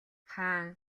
хаан